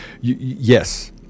yes